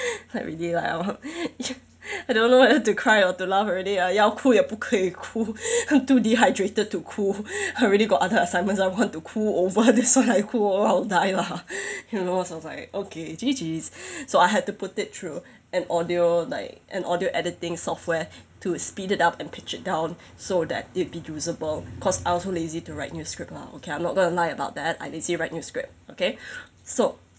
like really like I don't know whether to cry or to laugh already ah 要哭也不可以哭 I'm too dehydrated to 哭 I already got other assignments I want to 哭 over this one I 哭 orh I'll die lah you know so I was like okay G_G so I had to put it through an audio like an audio editing software to speed it up and pitch it down so that it'd be usable cause I also lazy to write new script lah okay I'm not gonna lie about that I lazy to write new script okay so